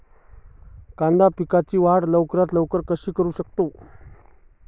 कांदा पिकाची वाढ आपण लवकरात लवकर कशी करू शकतो?